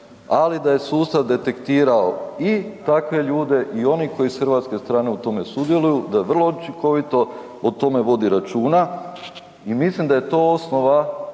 ali da je sustav detektirao i take ljude i one koji s hrvatske strane u tom sudjeluju, da vrlo učinkovito o tome vodi računa i mislim da je to osnova